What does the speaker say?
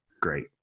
great